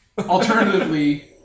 Alternatively